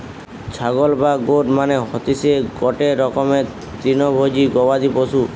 ছাগল বা গোট মানে হতিসে গটে রকমের তৃণভোজী গবাদি পশু